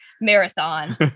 marathon